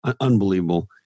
Unbelievable